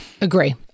Agree